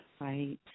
Right